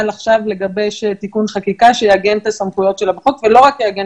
עכשיו לגבש תיקון חקיקה שיעגן את הסמכויות שלה בחוק ולא רק יעגן